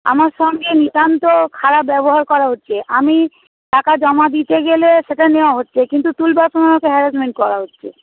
আমার সঙ্গে নিতান্ত খারাপ ব্যবহার করা হচ্ছে আমি টাকা জমা দিতে গেলে সেটা নেওয়া হচ্ছে কিন্তু তুলবার সময় আমাকে হ্যারাসমেন্ট করা হচ্ছে